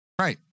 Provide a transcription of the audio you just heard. Right